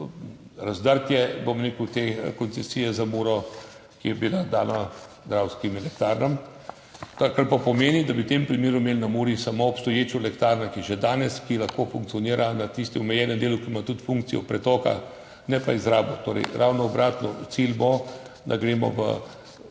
razdrtje te koncesije za Muro, ki je bila dana Dravskim elektrarnam. Kar pa pomeni, da bi v tem primeru imeli na Muri samo obstoječo elektrarno, ki je že danes in lahko funkcionira na tistem omejenem delu, ki ima tudi funkcijo pretoka, ne pa izrabe. Torej ravno obratno, cilj bo, da gremo v